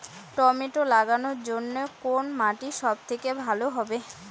Tomato লাগানোর জন্যে কোন মাটি সব থেকে ভালো হবে?